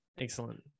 Excellent